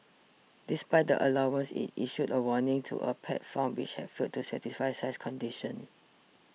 despite the allowance it issued a warning to a pet farm which had failed to satisfy size conditions